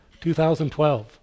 2012